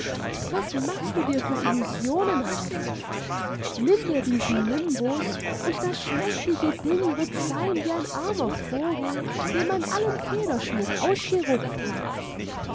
was machst du dir für illusionen herbert nimm ihr diesen nimbus und das schmächtige ding wird sein wie ein armer vogel dem man allen federschmuck ausgerupft hat